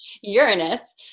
Uranus